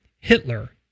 Hitler